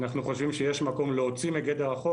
אנחנו חושבים שיש להוציא מגדר החוק